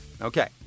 Okay